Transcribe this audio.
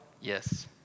Yes